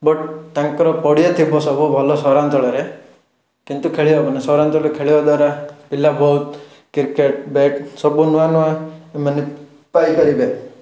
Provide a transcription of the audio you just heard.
but ତାଙ୍କର ପଡ଼ିଆ ଥିବ ସବୁ ଭଲ ସହରାଞ୍ଚଳରେ କିନ୍ତୁ ଖେଳିହେବନି ସହରାଞ୍ଚଳରେ ଖେଳିବା ଦ୍ଵାରା ପିଲା ବହୁତ କ୍ରିକେଟ୍ ବ୍ୟାଟ୍ ସବୁ ନୂଆନୂଆ ମାନେ ପାଇପାରିବେ